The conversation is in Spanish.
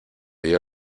dio